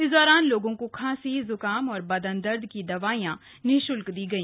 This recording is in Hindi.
इस दौरान लोगों को खांसी ज्काम और बदन दर्द की दवाइयां निश्ल्क दी गई